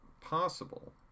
Possible